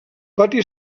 pati